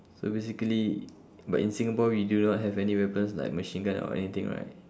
so basically but in singapore we do not have any weapons like machine gun or anything right